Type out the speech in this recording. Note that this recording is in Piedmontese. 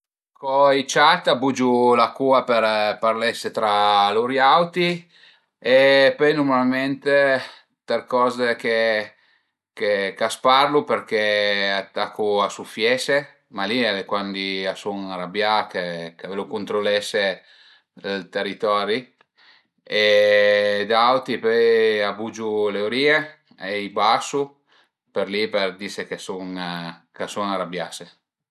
Co i ciat a bugiu la cua për parlese tra lur auti e pöi nurmalment t'ercorze che a s'parlu përché a tacu a sufiese, ma li al e cuandi a sun ënrabià chë ch'a völu cuntrulese ël teritori e d'auti pöi a bugiu le urìe, a i basu për li për dise che sun ch'a sun ënrabiase